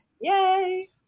Yay